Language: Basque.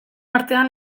artean